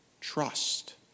trust